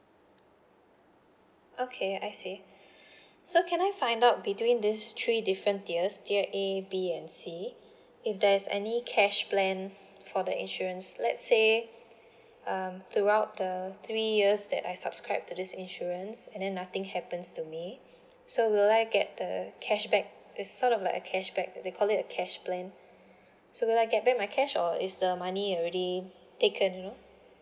okay I see so can I find out between these three different tiers tier A B and C if there's any cash plan for the insurance let's say um throughout the three years that I subscribe to this insurance and then nothing happens to me so will I get the cashback that's sort of like a cashback they call it a cash plan so will I get back my cash or is the money already taken